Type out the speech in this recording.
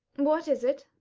what is it?